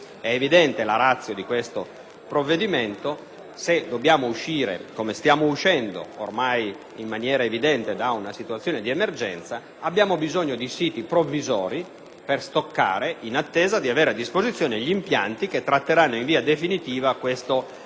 È evidente la *ratio* di questo provvedimento: se dobbiamo uscire (come stiamo uscendo, ormai in maniera evidente) da una situazione di emergenza, abbiamo bisogno di siti provvisori di stoccaggio, in attesa di avere a disposizione gli impianti che tratteranno in via definitiva questa